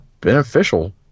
beneficial